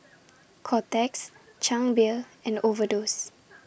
Kotex Chang Beer and Overdose